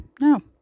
No